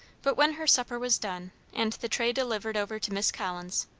but when her supper was done, and the tray delivered over to miss collins,